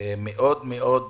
לפעול הרבה מאוד